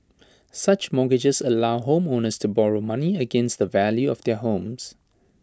such mortgages allow homeowners to borrow money against the value of their homes